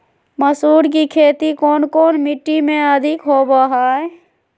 मसूर की खेती कौन मिट्टी में अधीक होबो हाय?